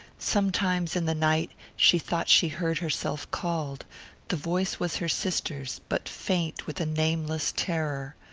sometimes, in the night, she thought she heard herself called the voice was her sister's, but faint with a nameless terror.